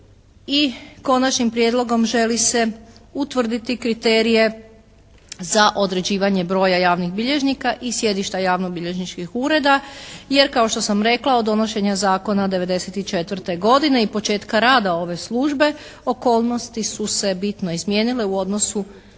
i konačnim prijedlogom želi se utvrditi kriterije za određivanje broja javnih bilježnika i sjedišta javno-bilježničkih ureda jer kao što sam rekla od donošenja zakona '94. godine i početka rada ove službe okolnosti su se bitno izmijenile u odnosu